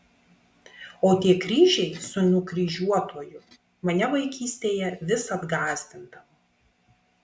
o tie kryžiai su nukryžiuotuoju mane vaikystėje visad gąsdindavo